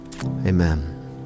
Amen